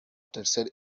tercer